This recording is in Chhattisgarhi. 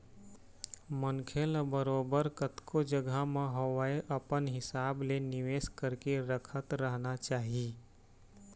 मनखे ल बरोबर कतको जघा म होवय अपन हिसाब ले निवेश करके रखत रहना चाही